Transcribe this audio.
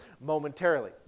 momentarily